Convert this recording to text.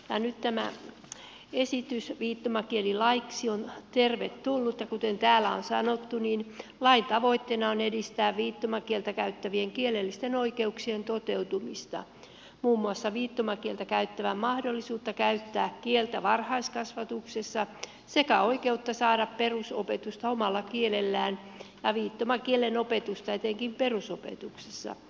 nyt tämä esitys viittomakielilaiksi on tervetullut ja kuten täällä on sanottu lain tavoitteena on edistää viittomakieltä käyttävien kielellisten oikeuksien toteutumista muun muassa viittomakieltä käyttävän mahdollisuutta käyttää kieltä varhaiskasvatuksessa sekä oikeutta saada perusopetusta omalla kielellään ja viittomakielen opetusta etenkin perusopetuksessa